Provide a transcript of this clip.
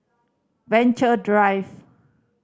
Venture Drive